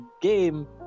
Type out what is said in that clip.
game